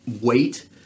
weight